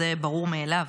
זה ברור מאליו.